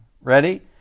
ready